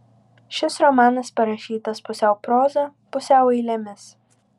šis romanas parašytas pusiau proza pusiau eilėmis